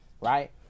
right